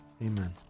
amen